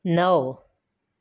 નવ